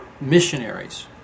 missionaries